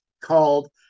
called